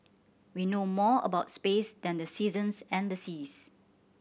we know more about space than the seasons and seas